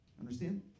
Understand